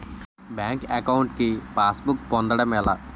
Bank account కి passbook పొందడం ఎలా?